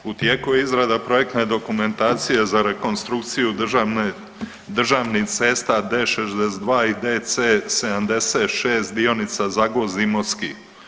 U tijeku je izrada projektne dokumentacije za rekonstrukciju državnih cesta D62 i DC76 dionica Zagvozd – Imotski.